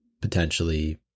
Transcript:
potentially